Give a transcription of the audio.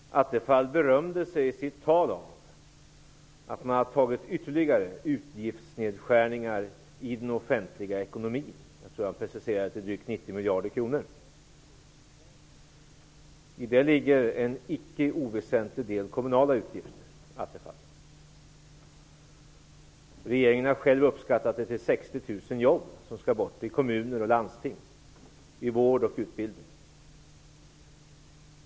Attefall berömde sig i sitt tal av att man har tagit ytterligare utgiftsnedskärningar i den offentliga ekonomin. Jag tror att han preciserade det till 90 miljarder kronor. I detta ligger en icke oväsentlig del kommunala utgifter, Stefan Attefall! Regeringen har själv uppskattat det till 60 000 jobb som skall bort i kommuner och landsting, i vård och utbildning.